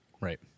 Right